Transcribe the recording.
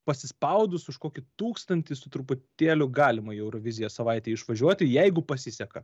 pasispaudus už kokį tūkstantį su truputėliu galima į euroviziją savaitei išvažiuoti jeigu pasiseka